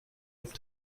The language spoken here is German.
auf